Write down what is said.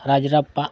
Rajrappa